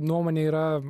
nuomone yra